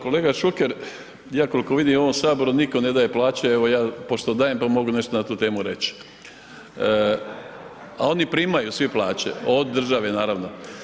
Kolega Šuker, ja koliko vidim u ovom Saboru nitko ne daje plaće, evo, pošto dajem pa mogu nešto na tu temu reći, a oni primaju svi plaće od države, naravno.